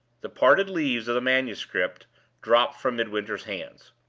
the parted leaves of the manuscript dropped from midwinter's hands.